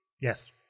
Yes